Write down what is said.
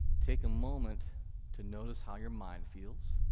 take a moment to notice how your mind feels.